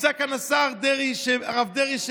נמצא כאן השר הרב דרעי,